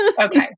Okay